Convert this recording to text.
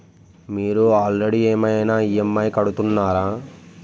మీరు ఆల్రెడీ ఏమైనా ఈ.ఎమ్.ఐ కడుతున్నారా?